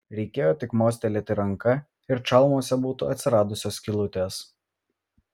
reikėjo tik mostelėti ranka ir čalmose būtų atsiradusios skylutės